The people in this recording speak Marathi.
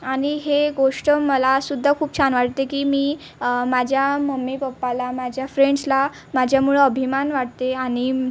आणि हे गोष्ट मलासुद्धा खूप छान वाटते की मी माझ्या मम्मी पप्पाला माझ्या फ्रेंड्सला माझ्यामुळं अभिमान वाटते आणि